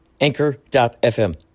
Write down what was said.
Anchor.fm